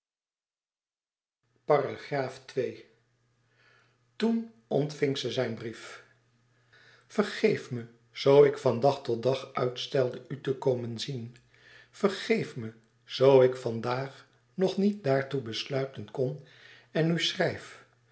toen ontving ze zijn brief vergeef me zoo ik van dag tot dag uitstelde u te komen zien vergeef me zoo ik van daag nog niet daartoe besluiten kon en u schrijf